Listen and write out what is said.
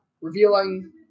revealing